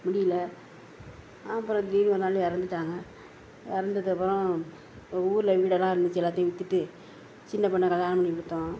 முடியல அப்புறம் திடீரெனு ஒரு நாள் இறந்துட்டாங்க இறந்தது அப்பறம் ஒரு ஊரில் எங்கள் வீடெல்லாம் இருந்துச்சு எல்லாத்தையும் விற்றுட்டு சின்ன பொண்ணை கல்யாணம் பண்ணிக் கொடுத்தோம்